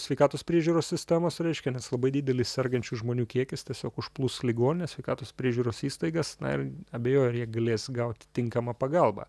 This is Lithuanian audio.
sveikatos priežiūros sistemos reiškia nes labai didelis sergančių žmonių kiekis tiesiog užplūs ligonines sveikatos priežiūros įstaigas na ir abejoju ar jie galės gauti tinkamą pagalbą